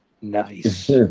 nice